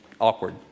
awkward